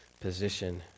position